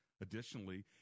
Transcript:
additionally